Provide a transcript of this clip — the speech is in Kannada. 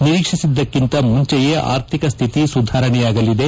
ನಿರೀಕ್ಷಿಸಿದಕ್ಕಿಂತ ಮುಂಚೆಯೇ ಆರ್ಥಿಕ ಸ್ಥಿತಿ ಸುಧಾರಣೆಯಾಗಲಿದೆ